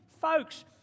Folks